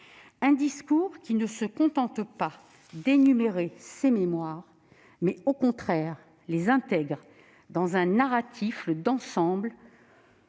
Un discours qui ne se contente pas d'énumérer ces mémoires, mais au contraire les intègre dans un narratif d'ensemble,